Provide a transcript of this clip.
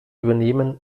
übernehmen